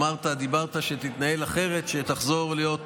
אמרת שתתנהל אחרת כשתחזור להיות